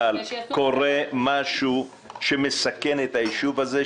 אבל קורה משהו שמסכן את הישוב הזה,